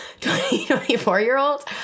24-year-old